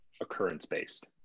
Occurrence-based